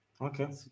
Okay